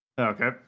Okay